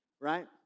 right